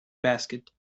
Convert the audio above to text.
basket